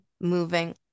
moving